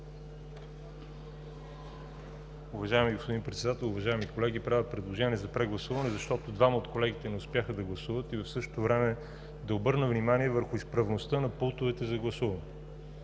Уважаеми господин Председател, уважаеми колеги! Правя предложение за прегласуване, защото двама от колегите не успяха да гласуват. В същото време искам да обърна внимание върху изправността на пултовете за гласуване.